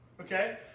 Okay